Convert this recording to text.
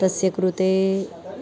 तस्य कृते